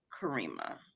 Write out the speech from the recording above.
Karima